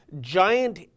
giant